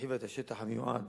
והרחיבה את השטח המיועד